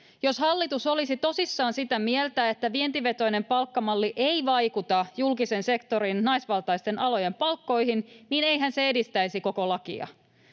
Jos hallitus olisi tosissaan sitä mieltä, että vientivetoinen palkkamalli ei vaikuta julkisen sektorin naisvaltaisten alojen palkkoihin, niin eihän se edistäisi koko lakia.